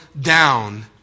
down